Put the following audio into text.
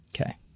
Okay